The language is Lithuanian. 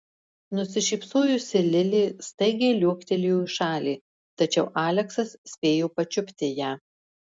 nusišypsojusi lilė staigiai liuoktelėjo į šalį tačiau aleksas spėjo pačiupti ją